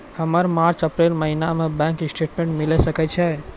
हमर March April महीना के बैंक स्टेटमेंट मिले सकय छै?